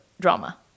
drama